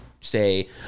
say